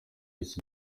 iki